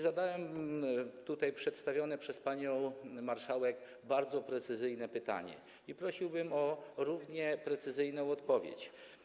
Zadałem tutaj przedstawione przez panią marszałek bardzo precyzyjne pytanie i prosiłbym o równie precyzyjną odpowiedź.